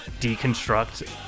deconstruct